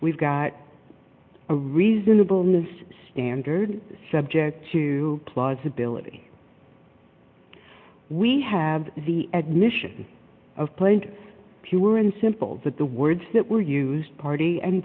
we've got a reasonable miss standard subject to plausibility we have the admission of play and pure and simple that the words that were used party an